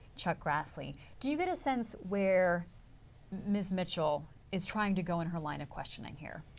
chuck grassley. do you get a sense where ms. mitchell is trying to go in her line of questioning here?